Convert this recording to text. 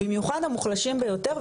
במיוחד המוחלשים ביותר,